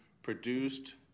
produced